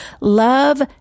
love